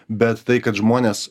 bet tai kad žmonės